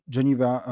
Geneva